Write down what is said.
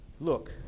look